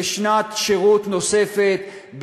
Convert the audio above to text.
לשנת שירות נוספת,